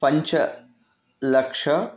पञ्चलक्षं